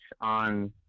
on